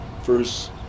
first